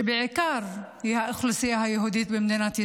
בעיקר לאוכלוסייה היהודית במדינת ישראל.